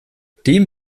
dem